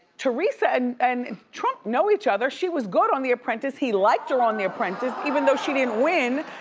teresa and and trump know each other, she was good on the apprentice, he liked her on the apprentice, even though she didn't win.